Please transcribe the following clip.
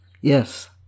Yes